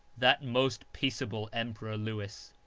that most peaceable emperor lewis,